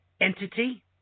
entity